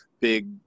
big